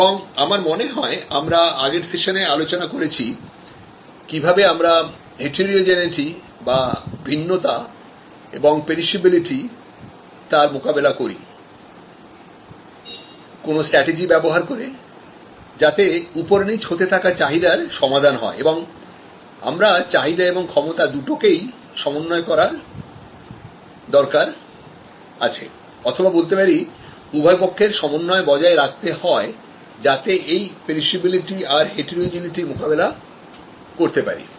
এবং আমার মনে হয় আমরা আগের সেশনে আলোচনা করেছি কিভাবে আমরা heterogeneity বা ভিন্নতা এবংপেরিশাবিলিটি রমোকাবিলা করি কোন স্ট্রাটেজিব্যবহার করে যাতে উপর নিচ হতে থাকা চাহিদার সমাধান হয় এবং আমাদের চাহিদা এবং ক্ষমতা দুটোকেই সমন্বয় করার দরকার পড়ে অথবা বলতে পারি উভয় পক্ষের সমন্বয় বজায় রাখতে হয় যাতে এই পেরিশাবিলিটি আর heterogeneity র মোকাবিলা করতে পারি